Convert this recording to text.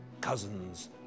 Cousins